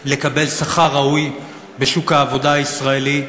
לקבל שכר ראוי בשוק העבודה הישראלי,